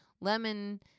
lemon